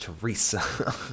Teresa